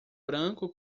branco